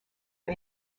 for